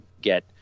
get